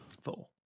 Four